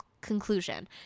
conclusion